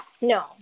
No